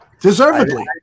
Deservedly